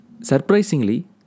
Surprisingly